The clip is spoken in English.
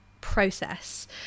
process